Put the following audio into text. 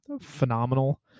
phenomenal